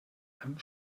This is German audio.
einem